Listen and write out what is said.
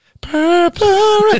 Purple